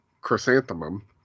Chrysanthemum